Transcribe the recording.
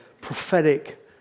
prophetic